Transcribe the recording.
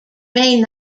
may